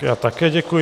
Já také děkuji.